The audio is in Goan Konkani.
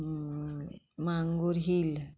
मांगूर हील